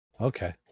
Okay